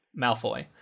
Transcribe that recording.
Malfoy